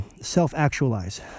self-actualize